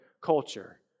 culture